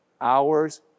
hours